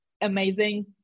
amazing